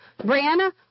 Brianna